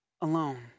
alone